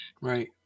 Right